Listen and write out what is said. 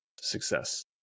success